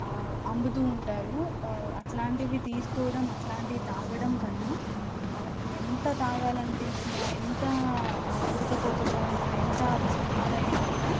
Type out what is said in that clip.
అమ్ముతూ ఉంటారు అట్లాంటివి తీసుకోవడం అట్లాంటి తాగడం కన్నా మనకి ఎంత తాగాలి అనిపించిన ఎంతా ఉడకపోతలో ఉన్న ఎంత అది సమ్మరైన కూడా